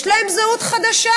יש להם זהות חדשה.